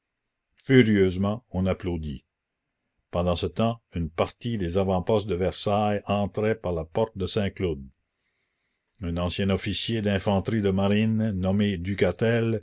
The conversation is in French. furieusement on applaudit pendant ce temps une partie des avant-postes de versailles entraient par la porte de saint-cloud un ancien officier d'infanterie de marine nommé ducatel